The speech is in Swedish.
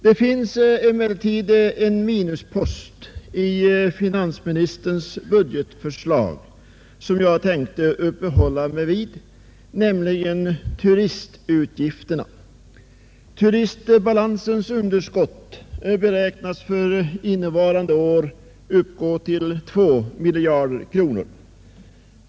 Det finns emellertid en minuspost i finansministerns budgetförslag, som jag tänker uppehålla mig vid, nämligen turistutgifterna. Turistbalansens underskott beräknas för innevarande år uppgå till 2 miljarder kronor.